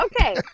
Okay